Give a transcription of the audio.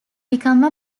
become